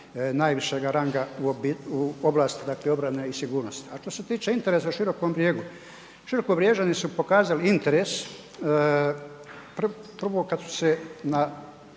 najvišega ranga u oblasti dakle obrana i sigurnosti. A što se tiče interesa u Širokom Brijegu, Širokobriježani su pokazali interes prvo kad su se na